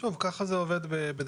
שוב, ככה זה עובד בדרך כלל.